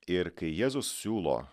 ir kai jėzus siūlo